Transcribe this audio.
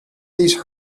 these